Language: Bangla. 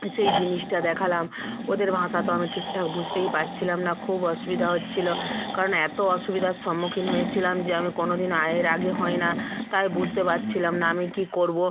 সেই জিনিসটা দেখালাম ওদের ভাঁষাতো আমি ঠিকঠাক বুঝতেই পারছিলাম না খুব অসুবিধা হচ্ছিলো কারণ এতো অসুবিধার সম্মুখীন হয়েছিলাম যে আমি কোনো দিন আ এর আগে হয় না তাই বুঝতে পারছিলাম না আমি কী করবো